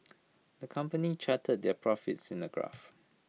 the company charted their profits in A graph